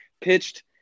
pitched